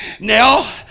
Now